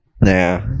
Nah